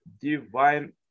divine